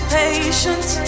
patience